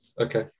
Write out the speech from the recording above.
Okay